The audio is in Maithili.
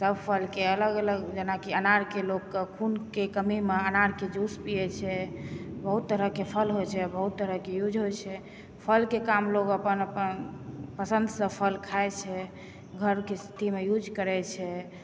सब फलके अलग अलग जेनाकि अनारके लोकके खूनके कमीमे अनारके जूस पिए छै बहुत तरहके फल होइ छै बहुत तरहके यूज होइ छै फलके काम लोग अपन अपन पसन्दसँ फल खाइ छै घरमे यूज करै छै